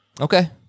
Okay